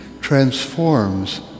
transforms